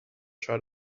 try